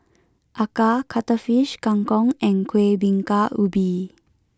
Acar Cuttlefish Kang Kong and Kuih Bingka Ubi